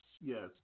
Yes